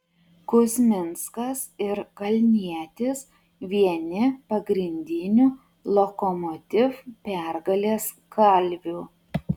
kuzminskas ir kalnietis vieni pagrindinių lokomotiv pergalės kalvių